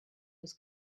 was